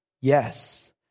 Yes